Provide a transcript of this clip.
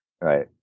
Right